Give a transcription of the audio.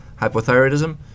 Hypothyroidism